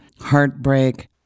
heartbreak